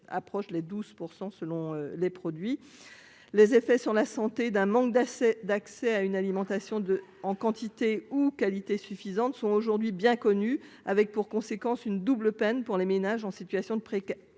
approche les 12 % selon les produits, les effets sur la santé d'un manque d'accès d'accès à une alimentation de en quantité ou qualité suffisante sont aujourd'hui bien connus, avec pour conséquence une double peine pour les ménages en situation de précarité